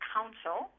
Council